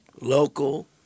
Local